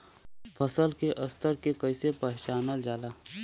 फसल के स्तर के कइसी पहचानल जाला